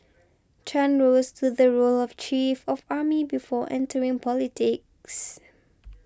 Chan rose to the role of chief of army before entering politics